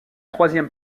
troisième